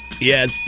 Yes